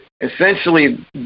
essentially